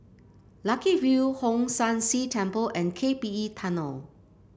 Lucky View Hong San See Temple and K P E Tunnel